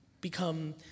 become